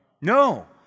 No